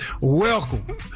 Welcome